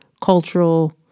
cultural